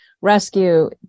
rescue